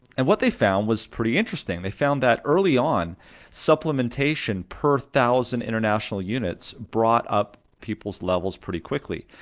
and what they found was pretty interesting. they found that early on supplementation per thousand international units brought up people's levels pretty quickly,